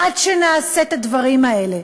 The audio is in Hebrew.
עד שנעשה את הדברים האלה,